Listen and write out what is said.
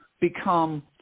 become